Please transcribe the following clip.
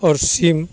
आओर सिम